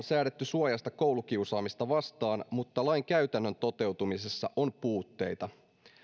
säädetty suojasta koulukiusaamista vastaan mutta lain käytännön toteutumisessa on puutteita